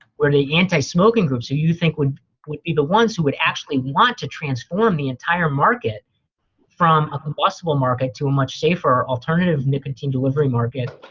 where the anti-smoking groups, who you think would would be the ones who would actually want to transform the entire market from a combustible market to a much safer alternative nicotine delivery market,